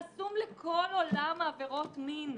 חסום לכל עולם העבירות מין.